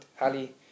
Ali